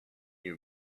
you